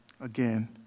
again